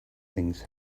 things